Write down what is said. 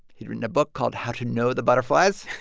he'd written a book called how to know the butterflies,